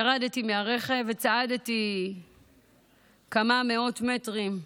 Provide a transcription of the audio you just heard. ירדתי מהרכב וצעדתי כמה מאות מטרים.